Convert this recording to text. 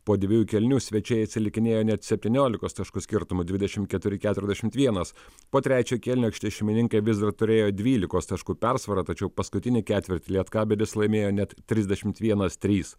po dviejų kėlinių svečiai atsilikinėjo net septyniolikos taškų skirtumu dvidešim keturi keturiasdešimt vienas po trečio kėlinio aikštės šeimininkai vis dar turėjo dvylikos taškų persvarą tačiau paskutinį ketvirtį lietkabelis laimėjo net trisdešimt vienas trys